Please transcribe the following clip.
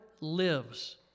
lives